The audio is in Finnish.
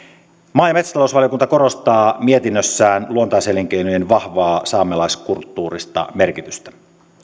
maa ja metsätalousvaliokunta korostaa mietinnössään luontaiselinkeinojen vahvaa saamelaiskulttuurista merkitystä